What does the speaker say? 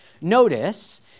notice